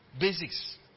Basics